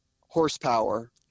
horsepower